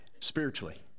spiritually